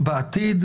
בעתיד.